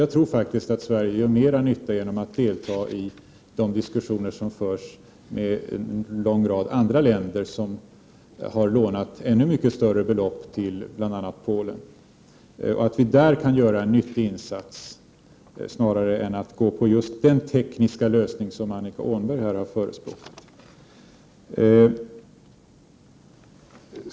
Jag tror faktiskt att Sverige gör mera nytta genom att delta i de diskussioner som förs med en lång rad andra länder som har lånat ännu mycket större belopp till bl.a. Polen. Där kan vi säkert göra en nyttig insats, snarare än att gå på just den tekniska lösning som Annika Åhnberg har förespråkat.